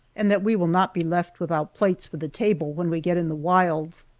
and that we will not be left without plates for the table when we get in the wilds,